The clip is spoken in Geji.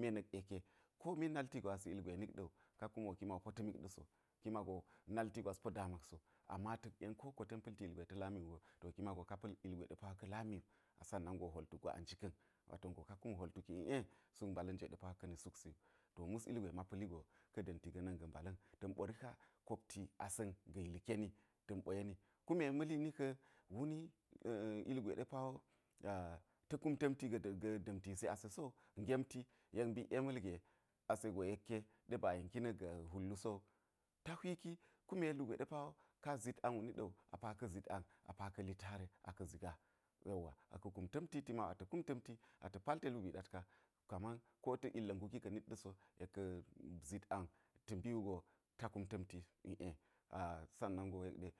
mwe na̱k yeke ko me nalti gwasi ilgwe nik ɗa̱ wu ka kume ki mago po ta̱mik ɗa̱ so ki mago nati gwas po damak so ama ta̱k yen ko wokko ten pa̱lti ilgwe ta̱ lami wugo, to ki mago ka pa̱l ilgwe ka lami wu, a sannan go hwol tuk gwa a njika̱n wato go ka kum hwol tuki iˈe suk mbala̱n jwe ɗe pa ka̱ ni suk si wu to mus ilgwe ma pa̱li go ka̱ da̱mti ga̱na̱n ga̱ mbala̱n ta̱n ɓo rika kopti asa̱n ga̱ yiikeni ta̱n ɓo yeni kume ma̱li ni ka̱ woni ilgwe ɗe pa wo ta̱ kum ta̱mti ga̱ da̱mtisi ase sowu gemti yek mbik ye ma̱lge ase go yekke ɗe ba yenki na̱k ga̱ wul wu sowu, ta hwiki kume lugwe ɗe pa wo ka zit ang wu ɗa̱ wu a pa ka̱ zit a pa ka̱ li tare aka̱ zigaa yauwa aka̱ kum ta̱mti ti ma wu a ta̱ kum ta̱mti ata̱ palte lubii ɗat ka, kaman kota̱ ilga̱ nguki ka̱ nit ɗa̱ so yek ka̱ zit ang ta̱ mbi wugo ta kum ta̱mti ié sanan go yek ɗe.